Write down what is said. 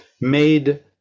made